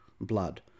blood